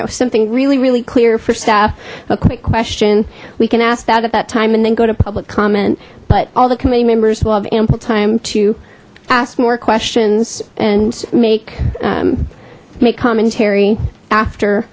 know something really really clear for staff a quick question we can ask that at that time and then go to public comment but all the committee members will have ample time to ask more questions and make make commentary after